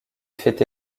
fait